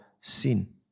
sin